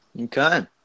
Okay